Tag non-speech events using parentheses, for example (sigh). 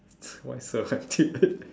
why so hard to (laughs)